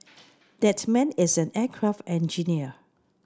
that man is an aircraft engineer